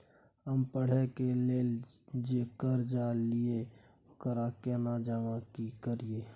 हम पढ़े के लेल जे कर्जा ललिये ओकरा केना जमा करिए?